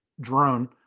drone